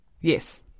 Yes